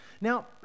Now